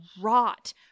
rot